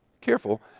careful